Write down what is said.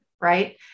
right